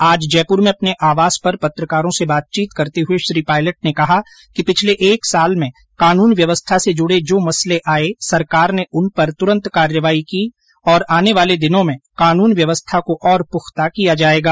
आज जयपुर में अपने आवास पर पत्रकारों से बातचीत करते हुए श्री पायलट ने कहा कि पिछले एक साल में कानुन व्यवस्था से जुडे जो मसले आये सरकार ने उन पर तुरंत कार्यवाही की और आने वाले दिनों में कानून व्यवस्था को और पुख्ता किया जायेगा